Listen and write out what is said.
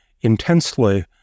intensely